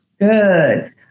Good